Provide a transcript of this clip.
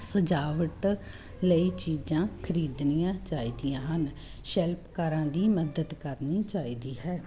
ਸਜਾਵਟ ਲਈ ਚੀਜ਼ਾਂ ਖਰੀਦਣੀਆਂ ਚਾਹੀਦੀਆਂ ਹਨ ਸ਼ਿਲਪਕਾਰਾਂ ਦੀ ਮਦਦ ਕਰਨੀ ਚਾਹੀਦੀ ਹੈ